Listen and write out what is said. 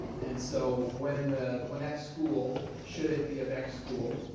and so when the when that school. should it be a bex school.